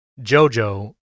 Jojo